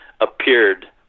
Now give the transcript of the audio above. appeared